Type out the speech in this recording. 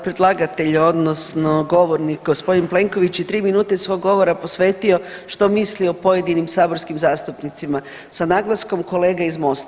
Predlagatelj odnosno govornik gospodin Plenković je tri minute svog govora posvetio što misli o pojedinim saborskim zastupnicima sa naglaskom kolege iz MOST-a.